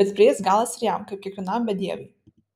bet prieis galas ir jam kaip kiekvienam bedieviui